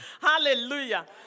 Hallelujah